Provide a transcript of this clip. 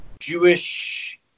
Jewish